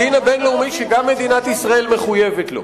הדין הבין-לאומי, שגם מדינת ישראל מחויבת לו.